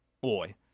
boy